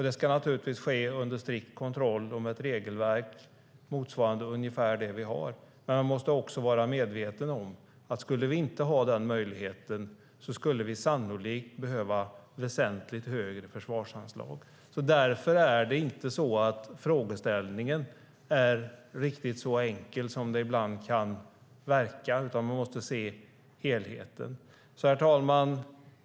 Det ska naturligtvis ske under strikt kontroll och med ett regelverk motsvarande ungefär det som vi har. Men man måste också vara medveten om att om vi inte hade denna möjlighet skulle vi sannolikt behöva väsentligt högre försvarsanslag. Därför är frågeställningen inte riktigt så enkel som den ibland kan verka, utan man måste se helheten. Herr talman!